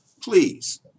please